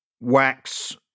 wax